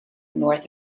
north